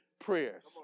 prayers